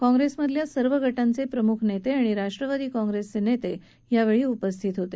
काँग्रेसमधील सर्व गटांचे प्रमुख नेते आणि राष्ट्रवादी काँग्रेसचे नेते यावेळी उपस्थित होते